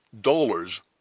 Dollars